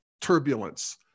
turbulence